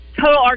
Total